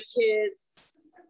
kids